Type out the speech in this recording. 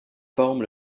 forment